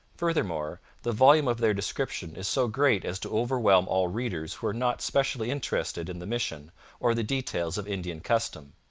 furthermore, the volume of their description is so great as to overwhelm all readers who are not specially interested in the mission or the details of indian custom.